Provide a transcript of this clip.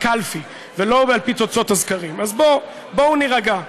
בקלפי ולא על פי תוצאות הסקרים, אז בואו נירגע.